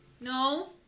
No